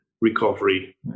recovery